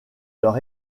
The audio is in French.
leur